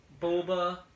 Boba